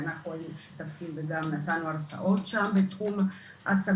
ואנחנו היינו שותפים וגם נתנו הרצאות שם בתחום הסמים.